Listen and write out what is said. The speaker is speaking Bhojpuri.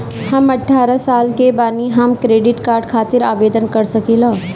हम अठारह साल के बानी हम क्रेडिट कार्ड खातिर आवेदन कर सकीला?